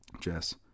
Jess